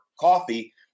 coffee